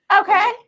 Okay